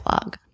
blog